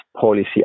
policy